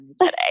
today